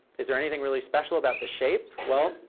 is there anything really special about the shape? well,